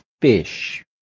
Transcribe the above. fish